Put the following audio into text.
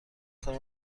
کنی